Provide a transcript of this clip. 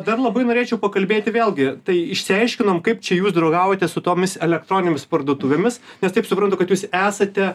dar labai norėčiau pakalbėti vėlgi tai išsiaiškinom kaip čia jūs draugaujate su tomis elektronėmis parduotuvėmis nes taip suprantu kad jūs esate